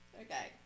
Okay